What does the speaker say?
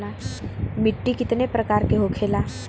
मिट्टी कितने प्रकार के होखेला?